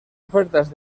ofertas